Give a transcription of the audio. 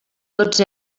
tots